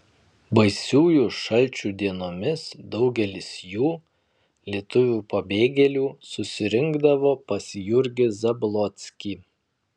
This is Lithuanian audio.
baisiųjų šalčių dienomis daugelis jų lietuvių pabėgėlių susirinkdavo pas jurgį zablockį